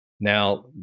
Now